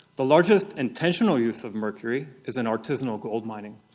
the largest intentional use of mercury is in artisanal goldmining.